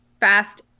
Fast